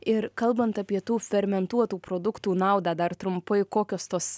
ir kalbant apie tų fermentuotų produktų naudą dar trumpai kokios tos